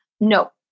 no